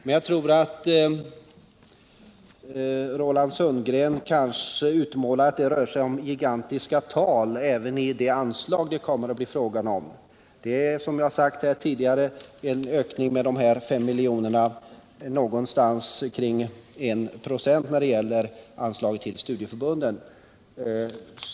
Men Roland Sundgren utmålade att det rör sig om gigantiska summor också när det gäller det ökade anslag det kommer att bli fråga om. Som jag tidigare sagt är det fråga om en ökning med 5 milj.kr., alltså med omkring 196, av anslaget till studieförbunden.